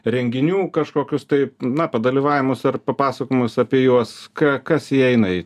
renginių kažkokius taip na padalyvavimus ar papasakojimus apie juos ką kas įeina į